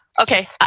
Okay